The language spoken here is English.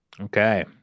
okay